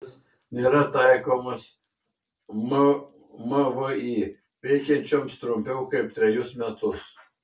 šis reikalavimas nėra taikomas mvį veikiančioms trumpiau kaip trejus metus